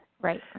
Right